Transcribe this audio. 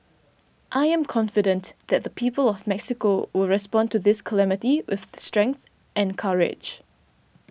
I am confident that the people of Mexico will respond to this calamity with the strength and courage